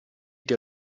dei